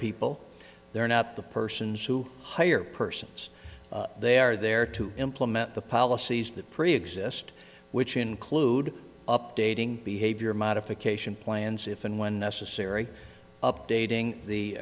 people they are not the persons who hire persons they are there to implement the policies that preexist which include updating behavior modification plans if and when necessary updating the